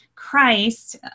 Christ